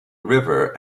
river